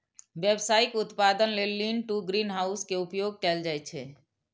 व्यावसायिक उत्पादन लेल लीन टु ग्रीनहाउस के उपयोग कैल जाइ छै